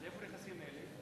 איפה הנכסים האלה?